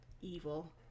Evil